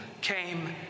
came